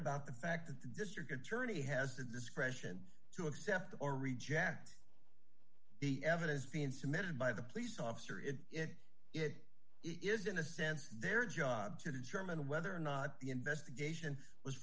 about the fact that the district attorney has the discretion to accept or reject the evidence being submitted by the police officer is if it is in a sense their job to determine whether or not the investigation was